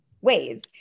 ways